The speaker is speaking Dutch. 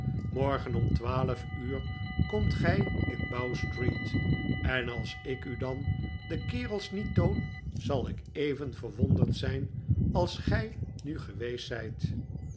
morgen om twaalf uur komt gij in bow-street en als ik u dan de kerels niet toon zal ik even verwonderd zijn als gij nu geweest zijt